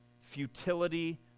Futility